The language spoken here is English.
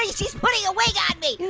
ah she's putting a wig on me